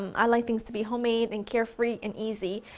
i like things to be homemade and care free and easy.